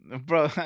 bro